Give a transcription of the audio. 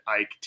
Ike